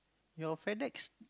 your FedEx